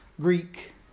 Greek